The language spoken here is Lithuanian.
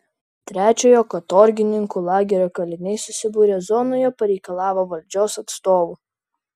trečiojo katorgininkų lagerio kaliniai susibūrę zonoje pareikalavo valdžios atstovų